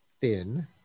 thin